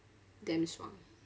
damn 爽